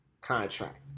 contract